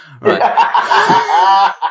Right